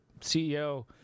CEO